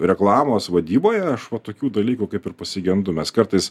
reklamos vadyboje aš va tokių dalykų kaip ir pasigendu mes kartais